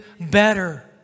better